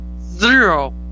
Zero